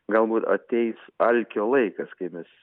galbūt ateis alkio laikas kai mes